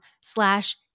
slash